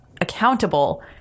accountable